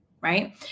right